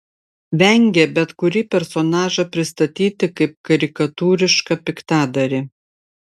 vengė bet kurį personažą pristatyti kaip karikatūrišką piktadarį